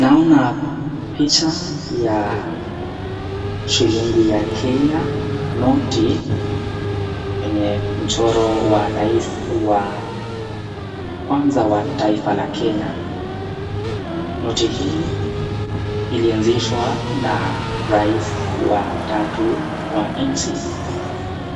Naona picha ya shilingi ya kenya, noti wenye mchoro wa rais wa kwanza wa taifa la kenya, noti hii ilianzishwa na rais wa tatu wa nchi,